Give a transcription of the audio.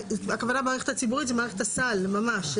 הכוונה המערכת הציבורית זה מערכת הסל ממש,